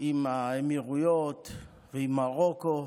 עם האמירויות ועם מרוקו,